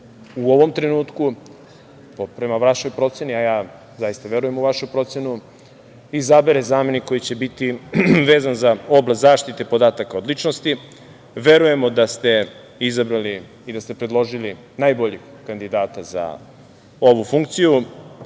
u ovom trenutku prema vašoj proceni, a ja zaista verujem u vašu procenu izabere zamenik koji će biti vezan za oblast zaštite podataka o ličnosti. Verujemo da ste izabrali i da ste predložili najboljeg kandidata za ovu funkciju.